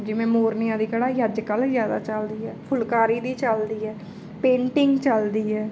ਜਿਵੇਂ ਮੋਰਨੀਆਂ ਦੀ ਕਢਾਈ ਅੱਜ ਕੱਲ੍ਹ ਜ਼ਿਆਦਾ ਚੱਲਦੀ ਹੈ ਫੁਲਕਾਰੀ ਦੀ ਚਲਦੀ ਹੈ ਪੇਂਟਿੰਗ ਚਲਦੀ ਹੈ